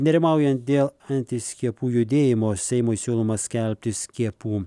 nerimaujant dėl antiskiepų judėjimo seimui siūloma skelbti skiepų